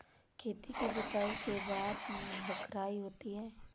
खेती की जुताई के बाद बख्राई होती हैं?